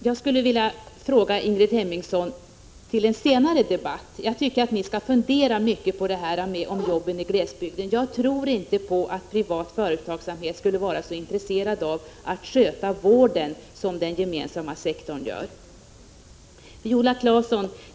Och, Ingrid Hemmingsson, jag tycker att ni till en senare debatt skall fundera mycket på detta med jobb i glesbygden. Jag tror inte att privatföretagsamheten skulle vara intresserad av att sköta vården så som den gemensamma sektorn gör.